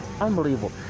Unbelievable